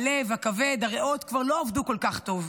הלב, הכבד, הריאות כבר לא עבדו כל כך טוב,